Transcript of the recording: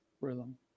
rhythm